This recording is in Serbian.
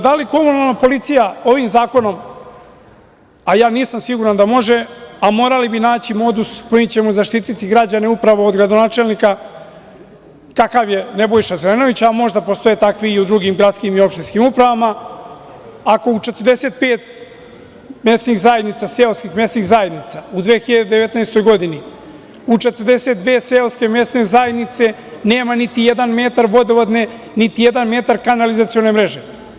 Da li komunalna policija ovim zakonom, a nisam siguran da može, a morali bi naći modus kojim ćemo zaštiti građane upravo od gradonačelnika kakav je Nebojša Zelenović, a možda postoje takvi i u drugim gradskim opštinskim upravama, ako u 45 seoskih mesnih zajednica u 2019. godini, u 42 seoske mesne zajednice nema niti jedan metar vodovodne, niti jedan metar kanalizacione mreže.